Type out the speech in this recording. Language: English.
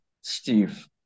Steve